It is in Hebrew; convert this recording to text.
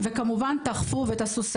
וכמובן תאכפו ותעשו סדר,